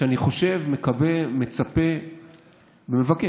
שאני חושב, מקווה, מצפה ומבקש